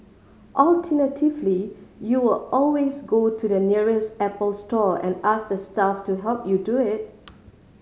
alternatively you were always go to the nearest Apple store and ask the staff to help you do it